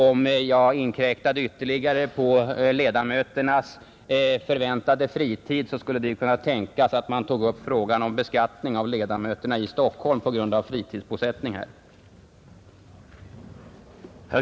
Om jag inkräktade ytterligare på ledamöternas förväntade fritid, skulle det ju kunna tänkas att man tog upp frågan om beskattning av ledamöterna i Stockholm på grund av fritidsbosättning här.